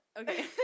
Okay